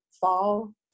fall